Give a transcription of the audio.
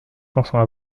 pensant